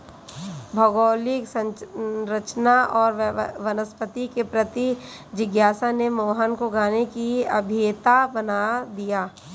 भौगोलिक संरचना और वनस्पति के प्रति जिज्ञासा ने मोहन को गाने की अभियंता बना दिया